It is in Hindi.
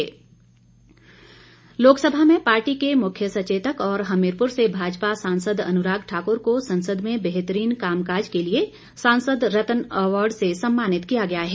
अन्राग लोकसभा में पार्टी के मुख्य सचेतक और हमीरपुर से भाजपा सांसद अनुराग ठाकुर को संसद में बेहतरीन काम काज के लिए सांसद रत्न अवार्ड से सम्मानित किया गया है